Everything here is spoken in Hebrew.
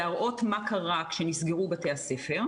עדיין שאריות של זמנים שבית הספר היה